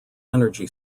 energy